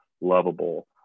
lovable